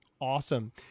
Awesome